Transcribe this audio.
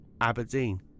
Aberdeen